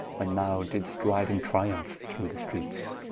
when thou didst ride in triumph through the streets.